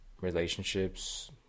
relationships